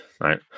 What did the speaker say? right